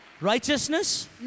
Righteousness